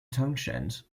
townshend